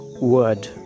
word